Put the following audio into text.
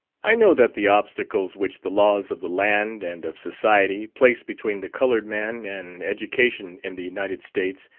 i know that the obstacles which the laws of the land, and of society, place between the coloured man and education in the united states,